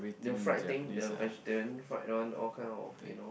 the fried thing the vegetarian fried run all kind of you know